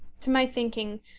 to my thinking,